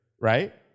right